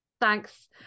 Thanks